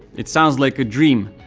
it sounds like a dream,